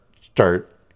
start